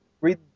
read